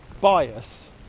bias